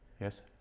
Yes